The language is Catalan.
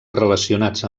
relacionats